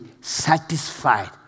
satisfied